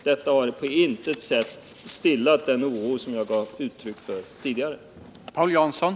Detta har på intet sätt stillat den oro som jag tidigare gett uttryck för.